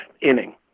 inning